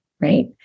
right